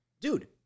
Dude